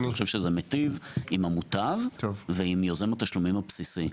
אני חושב שזה מיטיב עם המוטב ועם יוזם התשלומים הבסיסי.